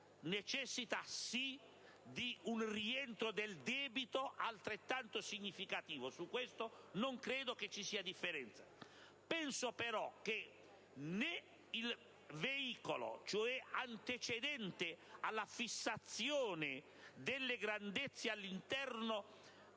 e di un rientro del debito altrettanto significativo: su questi punti non credo ci sia differenza. Penso però che né il veicolo, antecedente alla fissazione delle grandezze all'interno